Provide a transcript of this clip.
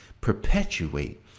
perpetuate